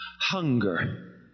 Hunger